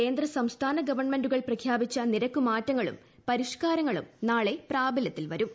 കേന്ദ്ര സംസ്ഥാന ഗവൺമെൻ്റുകൾ പ്രഖ്യാപിച്ചു നിരക്കു മാറ്റങ്ങളും പരിഷ്കാരങ്ങളും നാളെ പ്രാബല്യത്തിൽ വരും